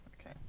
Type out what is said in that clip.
okay